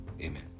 Amen